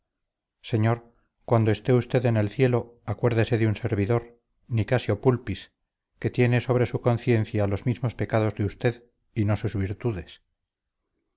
señor cuando esté usted en el cielo acuérdese de un servidor nicasio pulpis que tiene sobre su conciencia los mismos pecados de usted y no sus virtudes